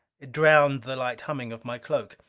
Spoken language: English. it drowned the light humming of my cloak.